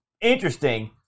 interesting